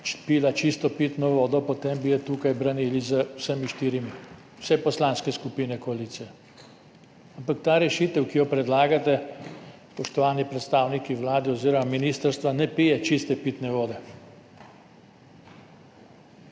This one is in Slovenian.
pila čisto pitno vodo, potem bi jo tukaj branili z vsemi štirimi, vse poslanske skupine koalicije. Ampak ta rešitev, ki jo predlagate spoštovani predstavniki Vlade oziroma ministrstva, ne pije čiste pitne vode.